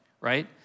right